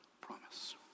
promise